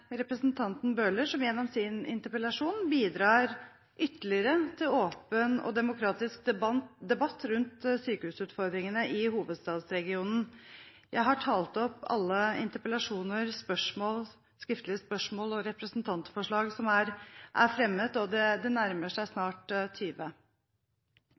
representanten Bøhler, som gjennom sin interpellasjon bidrar ytterligere til åpen og demokratisk debatt rundt sykehusutfordringene i hovedstadsregionen. Jeg har talt opp alle interpellasjoner, muntlige spørsmål, skriftlige spørsmål og representantforslag som er fremmet, og det nærmer seg